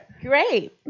Great